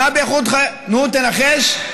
נו, תנחש.